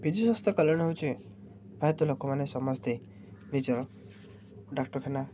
ବିଜୁ ସ୍ୱାସ୍ଥ୍ୟ କଲ୍ୟାଣ ହଉଚି ପ୍ରାୟତଃ ଲୋକମାନେ ସମସ୍ତେ ନିଜର ଡ଼ାକ୍ତରଖାନା